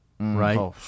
Right